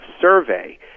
survey